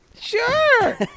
Sure